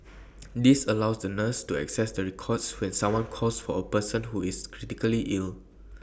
this allows the nurses to access the records when someone calls for A person who is critically ill